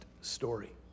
story